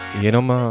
Jenom